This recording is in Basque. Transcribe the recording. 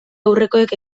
aurrekoek